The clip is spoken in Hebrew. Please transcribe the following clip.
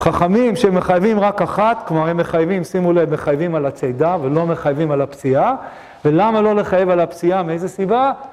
חכמים שמחייבים רק אחת, כלומר הם מחייבים, שימו להם, מחייבים על הצידה, ולא מחייבים על הפציעה. ולמה לא לחייב על הפציעה, מאיזה סיבה?